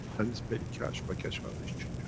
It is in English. and it's paid cash by keshe foundation.